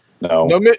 No